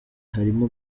harimo